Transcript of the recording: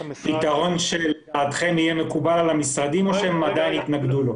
פתרון שלדעתכם יהיה מקובל על המשרדים או שהם עדיין יתנגדו לו?